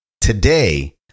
Today